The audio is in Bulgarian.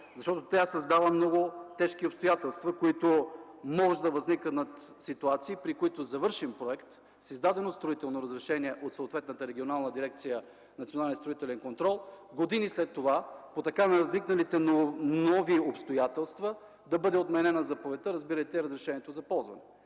защото тя създава много тежки обстоятелства, може да възникнат ситуации, при които завършен проект с издадено строително разрешение от съответната регионална дирекция „Национален строителен контрол”, години след това по така възникналите нови обстоятелства да бъде отменена заповедта, разбирайте разрешението за строеж.